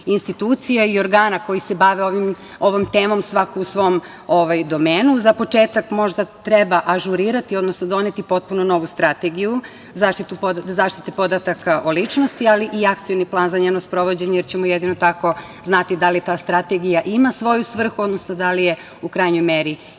institucija i organa koji se bave ovom temom svako u svom domenu. Za početak možda treba ažurirati, odnosno doneti potpuno novu strategiju zaštite podataka o ličnosti, ali i akcioni plan za njeno sprovođenje, jer ćemo jedino tako znati da li ta strategija ima svoju svrhu, odnosno da li je u krajnjoj meri